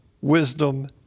wisdom